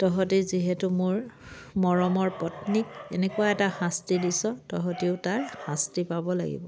তহঁতে যিহেতু মোৰ মৰমৰ পত্নীক এনেকুৱা এটা শাস্তি দিছ তহঁতেও তাৰ শাস্তি পাব লাগিব